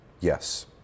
Yes